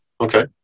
Okay